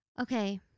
Okay